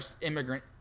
immigrant